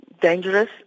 Dangerous